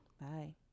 Bye